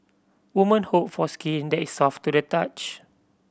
women hope for skin that is soft to the touch